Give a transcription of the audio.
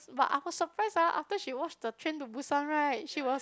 but I got surprise ah after she watch the train to Busan right she was